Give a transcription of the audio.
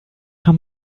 how